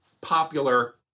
popular